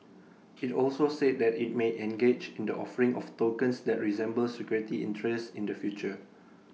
IT also said that IT may engage in the offering of tokens that resemble security interests in the future